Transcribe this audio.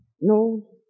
No